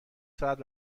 ساعت